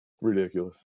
ridiculous